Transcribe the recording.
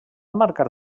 marcar